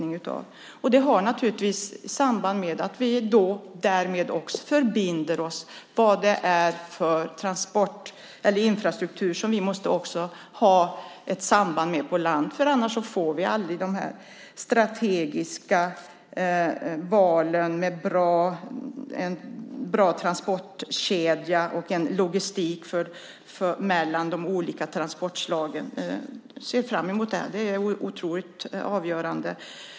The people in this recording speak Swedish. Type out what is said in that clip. Detta hänger naturligtvis ihop med att vi därmed också förbinder oss till vilken infrastruktur vi måste ha ett samband med på land, annars får vi aldrig de strategiska valen med en bra transportkedja och en logistik mellan de olika transportslagen. Jag ser fram emot detta. Det är otroligt avgörande.